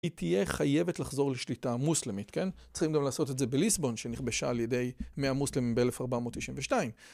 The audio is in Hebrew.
היא תהיה חייבת לחזור לשליטה המוסלמית, כן? צריכים גם לעשות את זה בליסבון, שנכבשה על ידי... מאה מוסלמים ב-1492.